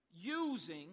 using